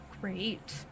Great